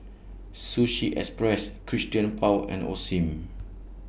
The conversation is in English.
Sushi Express Christian Paul and Osim